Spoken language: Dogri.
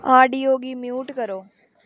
ऑडियो गी म्यूट करो